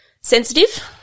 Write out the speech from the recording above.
sensitive